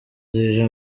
zije